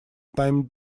time